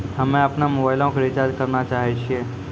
हम्मे अपनो मोबाइलो के रिचार्ज करना चाहै छिये